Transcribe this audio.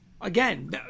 again